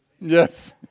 Yes